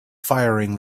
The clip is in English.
firing